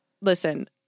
listen